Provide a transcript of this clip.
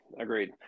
Agreed